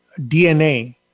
DNA